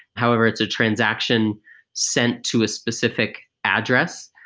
however, it's a transaction sent to a specific address.